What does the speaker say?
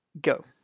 go